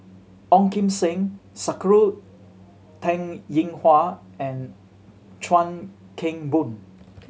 Ong Kim Seng Sakura Teng Ying Hua and Chuan Keng Boon